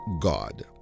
God